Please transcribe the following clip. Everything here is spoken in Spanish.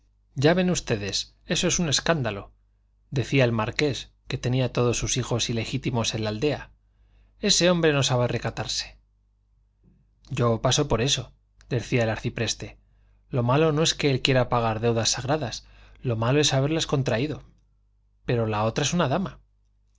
ya ven ustedes eso es un escándalo decía el marqués que tenía todos sus hijos ilegítimos en la aldea ese hombre no sabe recatarse yo paso por eso decía el arcipreste lo malo no es que él quiera pagar deudas sagradas lo malo es haberlas contraído pero la otra es una dama